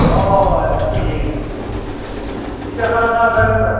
अ थिख आसे सिन्था खालामनाङा जागोन सार